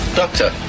doctor